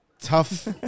tough